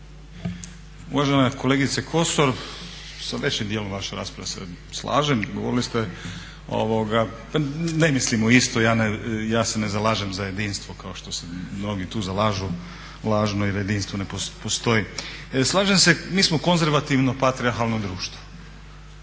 Uvažena kolegice Kosor sa većim dijelom vaše rasprave se slažem. Ne mislimo isto, ja se ne zalažem za jedinstvo kao što se mnogi tu zalažu lažno jer jedinstvo ne postoji. Slažem se, mi smo konzervativno, patrijarhalno društvo,